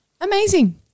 Amazing